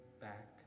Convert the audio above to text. back